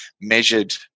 measured